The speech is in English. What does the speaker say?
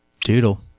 Doodle